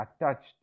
attached